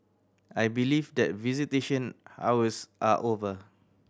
I believe that visitation hours are over